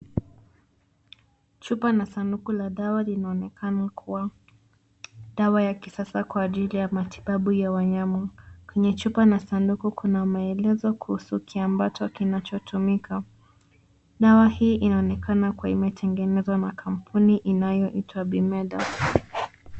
Chupa na sanduku la dawa linaonekana kuwa, dawa ya kisasa kwa ajili ya matibabu ya wanyama. Kwenye chupa na sanduku kuna maelezo kuhusu kiambatwa kinachotumika. Dawa hii inaonekana kuwa imetengenezwa na kampuni inayoitwa Bimeda.